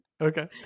Okay